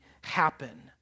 happen